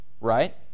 right